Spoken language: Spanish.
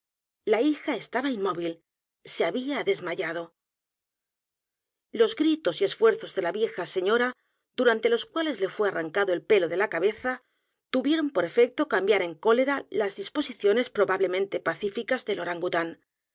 la hija estaba inmóvil se había desmayado los gritos y esfuerzos de la vieja señora durantelos cuales le fué arrancado el pelo de la cabeza tuvieron por efecto cambiar en cólera las disposiciones probablemente pacíficas del o